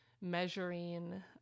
measuring